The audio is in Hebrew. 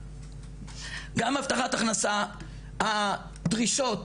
גם הבטחת הכנסה הדרישות,